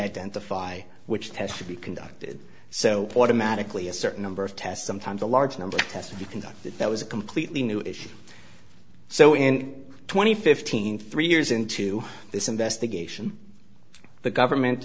identify which tests should be conducted so automatically a certain number of tests sometimes a large number has to be conducted that was a completely new issue so in twenty fifteen three years into this investigation the government